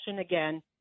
again